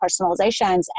personalizations